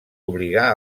obligà